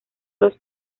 los